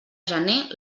gener